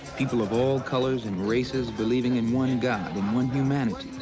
people of all colors and races believing in one god, in one humanity.